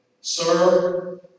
Sir